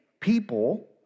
people